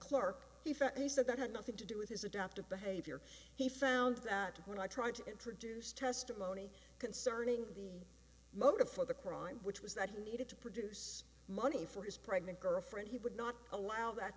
clerk the fact he said that had nothing to do with his adaptive behavior he found that when i tried to introduce testimony concerning the motive for the crime which was that he needed to produce money for his pregnant girlfriend he would not allow that